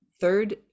third